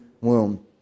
womb